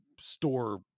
store